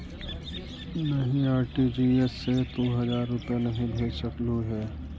नहीं, आर.टी.जी.एस से तू हजार रुपए नहीं भेज सकलु हे